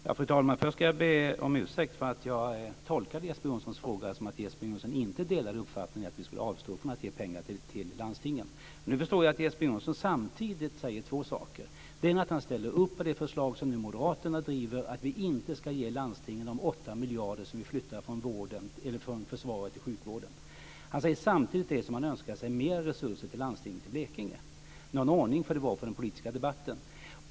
Fru talman! Först ska jag be om ursäkt för att jag tolkade Jeppe Johnssons fråga som att han inte delade uppfattningen att vi skulle avstå från att ge pengar till landstingen. Nu förstår jag att Jeppe Johnsson samtidigt säger två saker. Det ena är att han ställer upp på det förslag som nu Moderaterna driver, nämligen att vi inte ska ge landstingen de åtta miljarder som vi flyttar från försvaret till sjukvården. Detta säger han samtidigt som han önskar sig mer resurser till landstinget i Blekinge. Någon ordning får det vara på den politiska debatten!